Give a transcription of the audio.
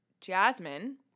Jasmine